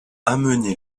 amené